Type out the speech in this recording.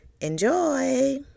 enjoy